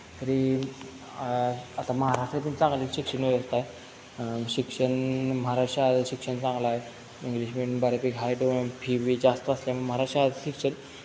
तरी आता महाराष्ट्रातील चांगले शिक्षण व्यवस्था आहे शिक्षण महाराष्ट्रात शाळेचे शिक्षण चांगले आहे इंग्लिश मीडियम बऱ्यापैकी आहे तो फीबी जास्त असल्यामुळे महाराष्ट्रात शिक्षण